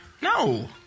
No